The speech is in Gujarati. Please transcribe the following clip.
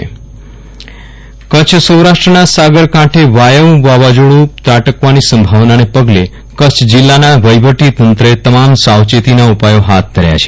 વિરલ રાણા ક ચ્છમાં તકેદારી કચ્છ સૌરાષ્ટ્રના સાગરકાંઠે વાયુ વાવાઝોડુ ત્રાટકાવની સંભાવનાને પગલે કચ્છ જીલ્લાના વહીવટી તંત્રએ તમામ સાવચેતીના ઉપાયો હાથ ધર્યા છે